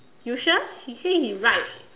you sure he say he like